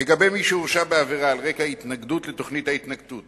לגבי מי שהורשע בעבירה על רקע התנגדות לתוכנית ההתנתקות